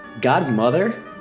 Godmother